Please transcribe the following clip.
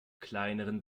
kleineren